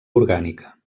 orgànica